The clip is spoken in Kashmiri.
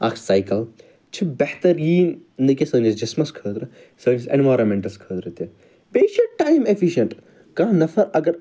اکھ سایکَل چھُ بہتریٖن نَہ کہِ سٲنِس جِسمَس خٲطرٕ سٲنِس ایٚنویٚرانمیٚنٹَس خٲطرٕ تہِ بیٚیہ چھُ ٹایم ایٚفِشیٚنٹ کانٛہہ نَفَر اگر